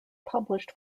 published